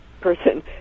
person